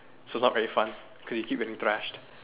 so not very fun cause you keep getting trashed